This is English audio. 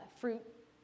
fruit